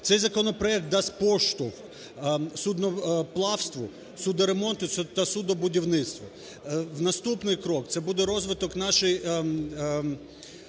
Цей законопроект дасть поштовх судноплавству, судноремонту та суднобудівництву. Наступний крок – це буде розвиток нашої